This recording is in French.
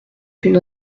une